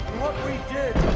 what we did.